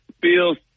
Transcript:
feels